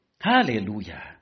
Hallelujah